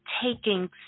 taking